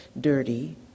dirty